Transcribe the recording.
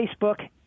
Facebook